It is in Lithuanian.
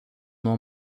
nuo